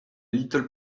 little